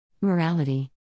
Morality